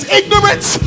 ignorance